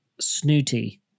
snooty